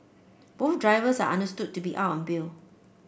both drivers are understood to be out on bill